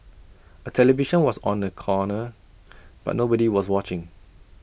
A television was on the corner but nobody was watching